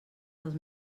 dels